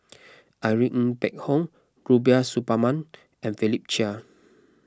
Irene Ng Phek Hoong Rubiah Suparman and Philip Chia